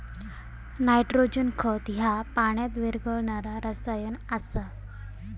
nitrogen खत ह्या पाण्यात विरघळणारा रसायन आसा